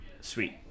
sweet